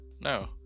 no